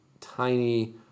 tiny